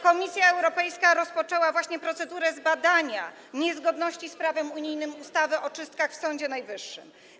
Komisja Europejska rozpoczęła właśnie procedurę zbadania niezgodności z prawem unijnym ustawy o czystkach w Sądzie Najwyższym.